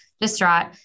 distraught